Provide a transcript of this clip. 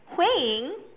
Hui-Ying